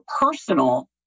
personal